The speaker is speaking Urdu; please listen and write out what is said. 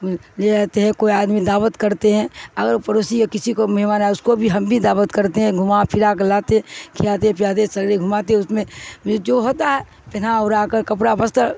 یہے رہتے ہیں کوئی آدمی دعوت کرتے ہیں اگر پڑوسی یا کسی کو مہمان آ ہے اس کو بھی ہم بھی دعوت کرتے ہیں گھما پھرا کر لاتے ہیں کھیااتے پیااتے سرے گھماتے اس میں جو ہوتا ہے پہنا ارا کر کپڑا پسستر